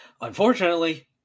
unfortunately